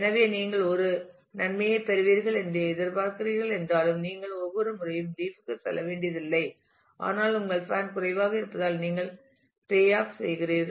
எனவே நீங்கள் ஒரு நன்மையைப் பெறுவீர்கள் என்று எதிர்பார்க்கிறீர்கள் என்றாலும் நீங்கள் ஒவ்வொரு முறையும் லீப் க்குச் செல்ல வேண்டியதில்லை ஆனால் உங்கள் பேன் குறைவாக இருப்பதால் நீங்கள் பே ஆப் செய்கிறீர்கள்